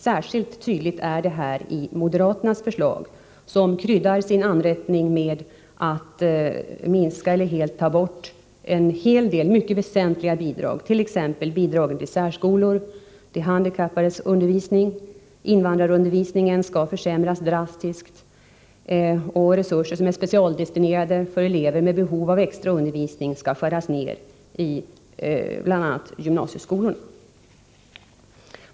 Särskilt tydligt är detta i moderaternas förslag, som kryddar sin anrättning med att minska eller helt ta bort en hel del mycket väsentliga bidrag, t.ex. bidragen till särskolor och till handikappades undervisning. Invandrarundervisningen skall försämras drastiskt, och resurser som är specialdestinerade för elever med behov av extra undervisning skall skäras ner i bl.a. gymnasieskolorna.